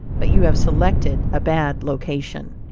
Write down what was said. but you have selected a bad location.